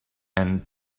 and